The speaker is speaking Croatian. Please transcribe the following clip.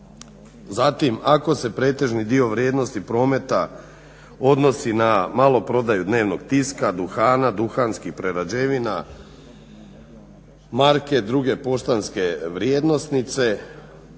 Zatim, ako se pretežni dio vrijednosti prometa odnosi na maloprodaju dnevnog tiska, duhana, duhanskih prerađevina, marke druge poštanske vrijednosnice.